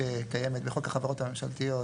שקיימת בחוק החברות הממשלתיות.